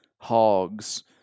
hogs